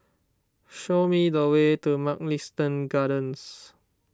show me the way to Mugliston Gardens